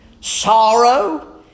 sorrow